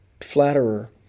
flatterer